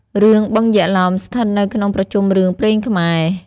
រឿង បឹងយក្សឡោម ស្ថិតនៅក្នុងប្រជុំរឿងព្រេងខ្មែរ។